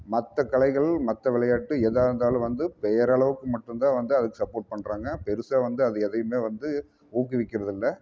மற்ற கலைகள் மற்ற விளையாட்டு எதாகருந்தாலும் வந்து பேர் அளவுக்கு மட்டும் தான் வந்து அதுக்கு சப்போர்ட் பண்ணுறாங்க பெருசாக வந்து அதை எதையுமே வந்து ஊக்குவிக்கிறதில்லை